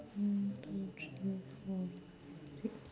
one two three four five six